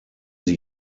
sie